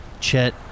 Chet